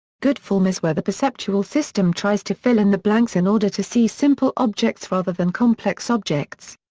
good form is where the perceptual system tries to fill in the blanks in order to see simple objects rather than complex objects.